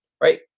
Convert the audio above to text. right